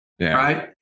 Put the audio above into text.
right